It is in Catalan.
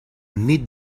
nit